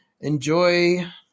enjoy